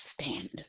stand